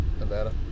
Nevada